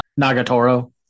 Nagatoro